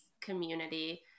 community